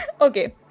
Okay